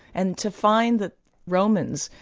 and to find that romans,